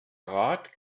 rat